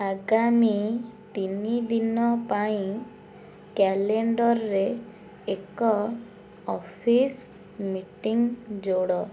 ଆଗାମୀ ତିନିଦିନ ପାଇଁ କ୍ୟାଲେଣ୍ଡର୍ରେ ଏକ ଅଫିସ୍ ମିଟିଙ୍ଗ ଯୋଡ଼